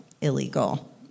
illegal